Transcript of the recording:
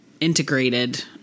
integrated